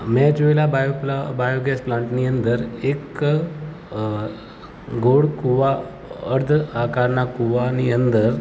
મેં જોયેલા બાયો પ્લા બાયોગૅસ પ્લાન્ટની અંદર એક ગોળ કૂવા અર્ધ આકારના કૂવાની અંદર